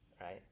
right